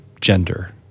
gender